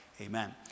amen